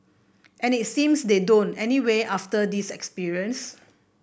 and it seems they don't anyway after this experience